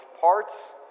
parts